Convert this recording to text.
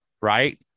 Right